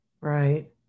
right